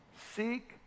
Seek